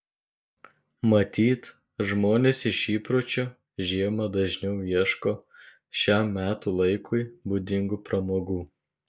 matyt žmonės iš įpročio žiemą dažniau ieško šiam metų laikui būdingų pramogų